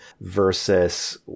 versus